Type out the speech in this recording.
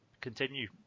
continue